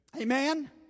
Amen